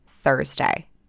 Thursday